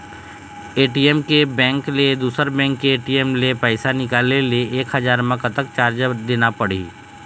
ATM के bank ले दुसर बैंक के ए.टी.एम ले पैसा निकाले ले एक हजार मा कतक चार्ज देना पड़ही?